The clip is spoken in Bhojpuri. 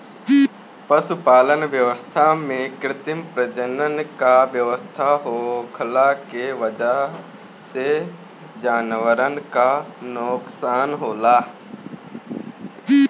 पशुपालन व्यवस्था में कृत्रिम प्रजनन क व्यवस्था होखला के वजह से जानवरन क नोकसान होला